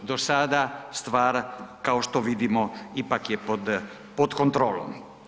Do sada stvar kao što vidimo ipak je pod, pod kontrolom.